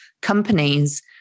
companies